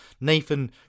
Nathan